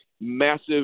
massive